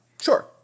Sure